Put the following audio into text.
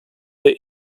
der